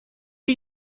are